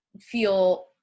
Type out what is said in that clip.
feel